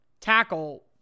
tackle